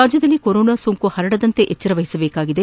ರಾಜ್ಯದಲ್ಲಿ ಕೊರೊನಾ ಸೋಂಕು ಪರಡದಂತೆ ಎಚ್ಗರ ವಹಿಸಬೇಕಾಗಿದೆ